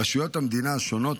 רשויות המדינה השונות,